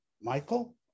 Michael